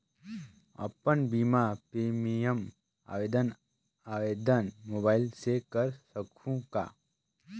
अपन बीमा प्रीमियम आवेदन आवेदन मोबाइल से कर सकहुं का?